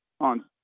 on